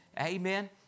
Amen